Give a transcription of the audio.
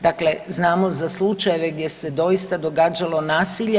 Dakle, znamo za slučajeve gdje se doista događalo nasilje.